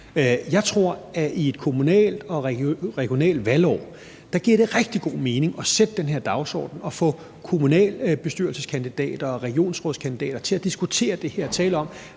Jeg tror, at det i et kommunalt og regionalt valgår giver rigtig god mening at sætte den her dagsorden og få kommunalbestyrelseskandidater og regionsrådskandidater til at diskutere det her og tale om: